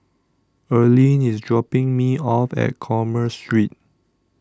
Erlene IS dropping Me off At Commerce Street